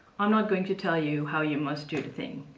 i'm not going to tell you how you must do the thing.